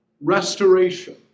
restoration